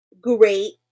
Great